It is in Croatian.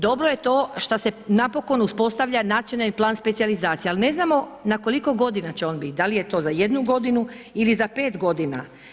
Dobro je to što se napokon uspostavlja nacionalni plan specijalizacije, ali ne znamo na koliko godina će on bit, da li je to za jednu godinu ili za pet godina.